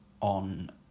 on